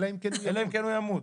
אלא אם הוא ימות.